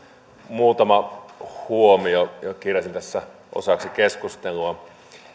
muutama huomio jotka kirjasin tässä osaksi keskustelua